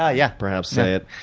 ah yeah perhaps, say it.